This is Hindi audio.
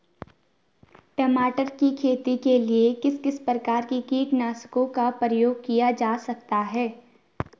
टमाटर की खेती के लिए किस किस प्रकार के कीटनाशकों का प्रयोग किया जाता है?